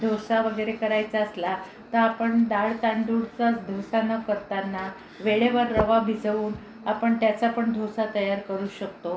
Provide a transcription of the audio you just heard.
डोसा वगैरे करायचा असला तर आपण डाळ तांदूळचाच डोसा न करताना वेळेवर रवा भिजवून आपण त्याचापण डोसा तयार करू शकतो